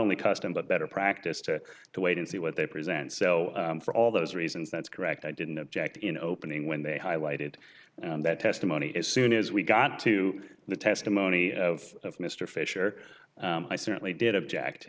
only custom but better practice to wait and see what they present so for all those reasons that's correct i didn't object in opening when they highlighted that testimony as soon as we got to the testimony of mr fischer i certainly did object